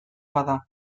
bada